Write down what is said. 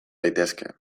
daitezke